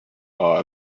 are